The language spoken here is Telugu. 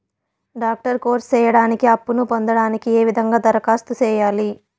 డాక్టర్ కోర్స్ సేయడానికి అప్పును పొందడానికి ఏ విధంగా దరఖాస్తు సేయాలి?